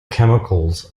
chemicals